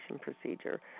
procedure